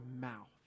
mouth